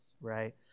right